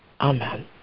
Amen